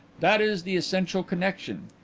that is the essential connexion.